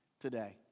today